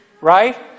Right